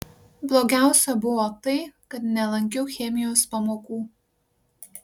blogiausia buvo tai kad nelankiau chemijos pamokų